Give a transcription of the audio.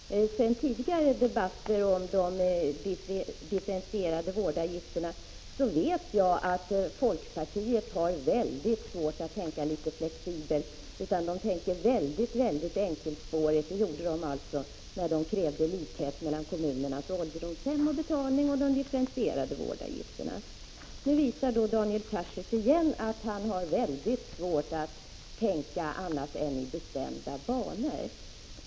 Herr talman! Sedan tidigare debatter om de differentierade vårdavgifterna vet jag att folkpartiet har mycket svårt att tänka litet flexibelt. Folkpartiet tänker mycket enkelspårigt. Det gjorde folkpartiet när man krävde likhet mellan betalningen när det gällde kommunernas ålderdomshem och de differentierade vårdavgifterna. Nu visar Daniel Tarschys igen att han har mycket svårt att tänka annat än i bestämda banor.